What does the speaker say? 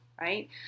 right